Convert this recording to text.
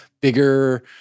bigger